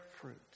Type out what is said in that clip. fruit